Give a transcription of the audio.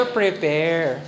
prepare